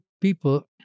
people